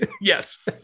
Yes